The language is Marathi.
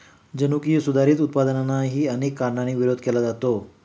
जनुकीय सुधारित उत्पादनांनाही अनेक कारणांनी विरोध केला जातो